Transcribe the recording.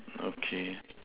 okay